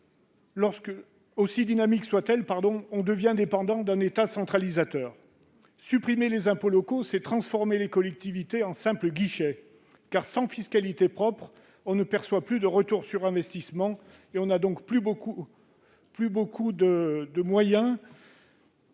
aussi dynamiques soient-elles, on devient dépendant d'un État centralisateur. Supprimer les impôts locaux, c'est transformer les collectivités en simples guichets, car, sans fiscalité propre, on ne perçoit plus de retour sur investissement, et on n'a donc plus beaucoup de moyens